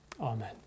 Amen